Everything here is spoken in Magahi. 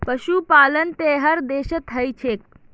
पशुपालन त हर देशत ह छेक